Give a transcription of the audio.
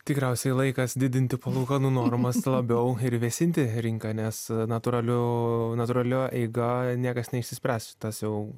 tikriausiai laikas didinti palūkanų normas labiau ir vėsinti rinką nes natūraliu natūralia eiga niekas neišsispręs šitas jau